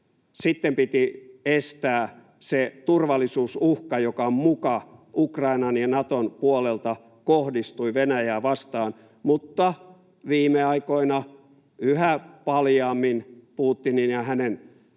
sitten piti estää se turvallisuusuhka, joka muka Ukrainan ja Naton puolelta kohdistui Venäjää vastaan, mutta viime aikoina yhä paljaammin Putinin ja hänen